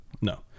no